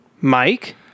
Mike